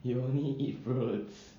you only eat fruits